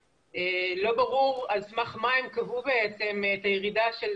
לא ברור על סמך מה הם קבעו את הירידה של